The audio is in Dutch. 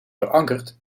verankerd